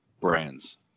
brands